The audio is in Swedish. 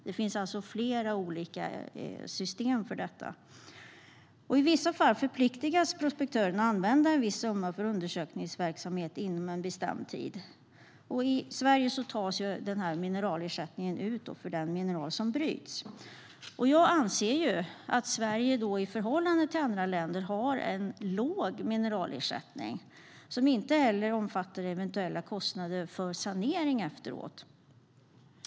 Det finns alltså flera olika system för detta. I vissa fall förpliktas prospektören att använda en viss summa för undersökningsverksamhet inom en bestämd tid. I Sverige tas mineralersättningen ut för den mineral som bryts. Jag anser att Sverige i förhållande till andra länder har en låg mineralersättning, som inte heller omfattar eventuella kostnader för sanering efteråt.